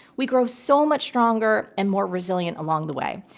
we grow so much stronger and more resilient along the way.